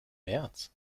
märz